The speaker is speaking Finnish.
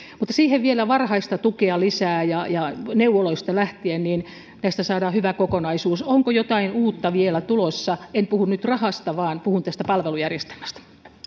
mutta siihen vielä varhaista tukea lisää ja ja neuvoloista lähtien niin tästä saadaan hyvä kokonaisuus onko jotain uutta vielä tulossa en puhu nyt rahasta vaan puhun tästä palvelujärjestelmästä